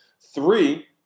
Three